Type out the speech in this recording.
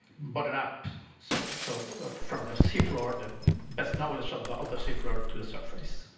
but perhaps so so from the seafloor, the best knowledge of the of the seafloor to the surface.